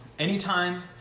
Anytime